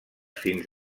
fins